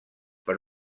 per